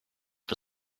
for